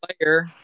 player